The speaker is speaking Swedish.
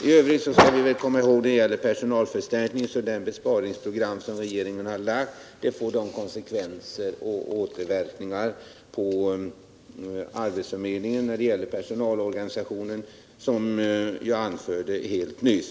I övrigt skall vi när det gäller personalförstärkningen komma ihåg att det besparingsprogram som regeringen lagt fram får de konsekvenser och återverkningar på arbetsförmedlingens personalorganisation som jag anförde helt nyss.